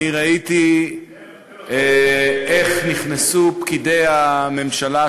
אני ראיתי איך נכנסו פקידי הממשלה,